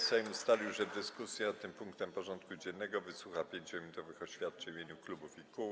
Sejm ustalił, że w dyskusji nad tym punktem porządku dziennego wysłucha 5-minutowych oświadczeń w imieniu klubów i kół.